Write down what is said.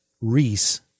Reese